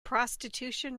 prostitution